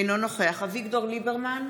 אינו נוכח אביגדור ליברמן,